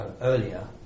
earlier